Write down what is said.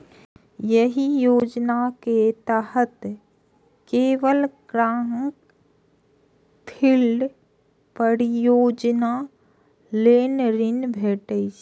एहि योजना के तहत केवल ग्रीन फील्ड परियोजना लेल ऋण भेटै छै